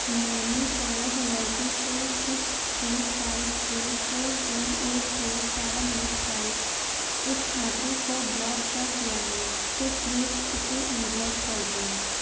میں نے شاید غلطی سے six three five two four four eight four seven eight five اس کھاتے کو بلاک کر دیا ہے تو پلیز اسے ان بلاک کر دو